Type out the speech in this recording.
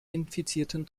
infizierten